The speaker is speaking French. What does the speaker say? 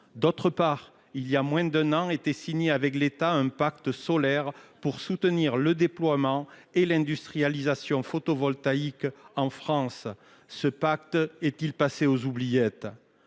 ailleurs, voilà moins d’un an, était signé avec l’État un Pacte solaire destiné à soutenir le déploiement et l’industrialisation photovoltaïque en France. Ce pacte est il passé aux oubliettes ?